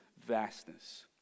vastness